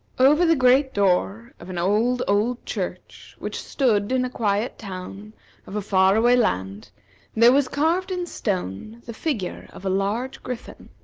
over the great door of an old, old church which stood in a quiet town of a far-away land there was carved in stone the figure of a large griffin.